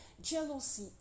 jealousy